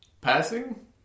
Passing